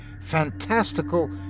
fantastical